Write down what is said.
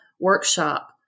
workshop